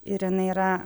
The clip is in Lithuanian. ir inai yra